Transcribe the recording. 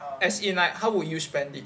as in like how would you spend it